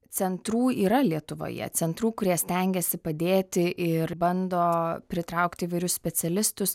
centrų yra lietuvoje centrų kurie stengiasi padėti ir bando pritraukti įvairius specialistus